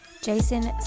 Jason